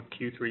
Q3